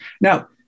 Now